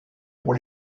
pour